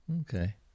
Okay